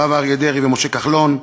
הרב אריה דרעי ומשה כחלון,